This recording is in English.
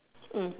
mm